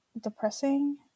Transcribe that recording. depressing